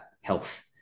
health